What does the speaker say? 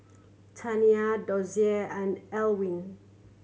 Taniya Dozier and Elwyn